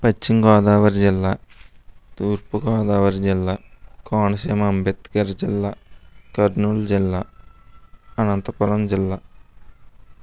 పశ్చిమగోదావరి జిల్లా తూర్పుగోదావరి జిల్లా కోనసీమ అంబేద్కర్ జిల్లా కర్నూలు జిల్లా అనంతపురం జిల్లా